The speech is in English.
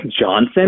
Johnson